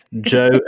Joe